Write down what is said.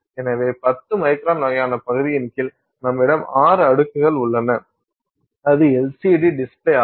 எனவே 10 மைக்ரான் வகையான பகுதியின் கீழ் நம்மிடம் 6 அடுக்குகள் உள்ளன அது LCD டிஸ்ப்ளே ஆகும்